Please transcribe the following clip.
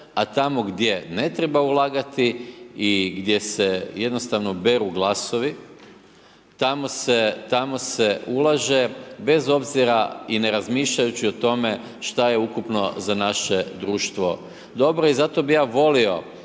a tamo gdje ne treba ulagati i gdje se jednostavno beru glasovi, tamo se ulaže bez obzira i ne razmišljajući o tome šta je ukupno za naše društvo dobro i zato bi ja volio